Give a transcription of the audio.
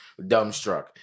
dumbstruck